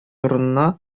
урынына